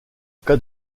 cas